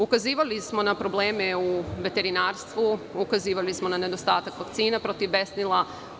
Ukazivali smo na probleme u veterinarstvu, na nedostatak vakcina protiv besnila.